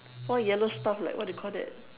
four yellow stuff like what do you call that